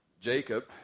Jacob